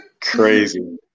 Crazy